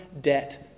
debt